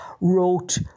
wrote